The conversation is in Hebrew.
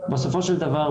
בסופו של דבר,